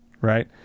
right